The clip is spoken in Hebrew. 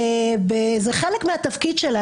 זה חלק מהתפקיד שלהם.